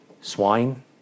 swine